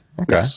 Okay